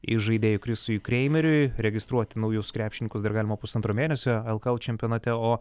įžaidėjui chrisui kreimeriui registruoti naujus krepšininkus dar galima pusantro mėnesio lkl čempionate o